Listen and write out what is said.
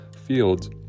fields